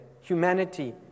Humanity